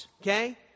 okay